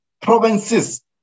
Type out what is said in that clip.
provinces